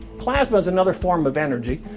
plasma is another form of energy.